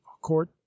court